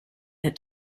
that